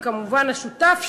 וכמובן השותף שלו,